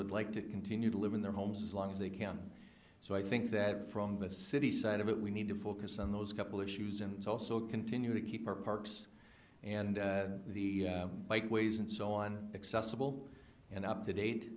would like to continue to live in their homes as long as they can so i think that from the city side of it we need to focus on those couple issues and also continue to keep our parks and the bike ways and so on accessible and up to date